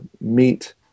meet